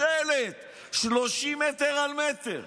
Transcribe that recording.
שלט 30 מטר על מטר.